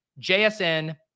JSN